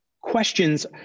Questions